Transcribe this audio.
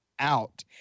out